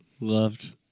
loved